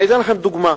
אתן לכם דוגמה,